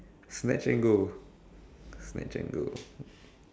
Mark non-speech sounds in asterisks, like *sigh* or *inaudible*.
snatch and go *breath* snatch and go